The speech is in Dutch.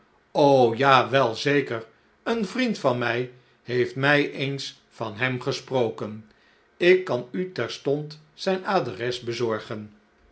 ja wel zeker een vriend van mij heeft mij eens van hem gesproken ik kan u terstond zijn adres bezorgen